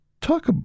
Talk